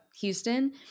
Houston